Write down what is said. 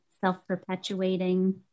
self-perpetuating